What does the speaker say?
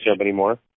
anymore